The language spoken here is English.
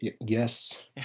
yes